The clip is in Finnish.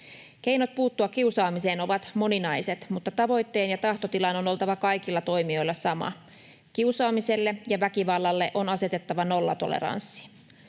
Keinot puuttua kiusaamiseen ovat moninaiset, mutta tavoitteen ja tahtotilan on oltava kaikilla toimijoilla sama. Kiusaamiselle ja väkivallalle on asetettava nollatoleranssi.